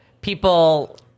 people